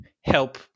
help